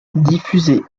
diffusé